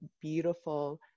beautiful